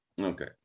Okay